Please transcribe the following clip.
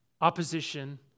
opposition